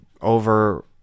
over